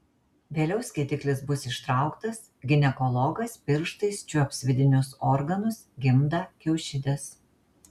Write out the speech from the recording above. vėliau skėtiklis bus ištrauktas ginekologas pirštais čiuops vidinius organus gimdą kiaušides